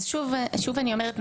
שוב אני אומרת,